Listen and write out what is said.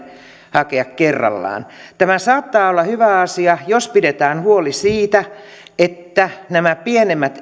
hakea kerrallaan tämä saattaa olla hyvä asia jos pidetään huoli siitä että kun näitä pienempiä